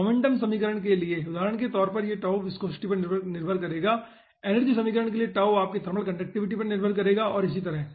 momentum समीकरण के लिए उदाहरण के तौर पर यह विस्कोसिटी पर निर्भर करेगा एनर्जी समीकरण के लिए आपकी थर्मल कंडक्टिविटी पर निर्भर करेगा और इसी तरह